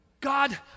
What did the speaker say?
God